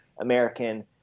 American